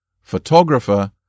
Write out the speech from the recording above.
photographer